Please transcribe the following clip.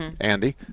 Andy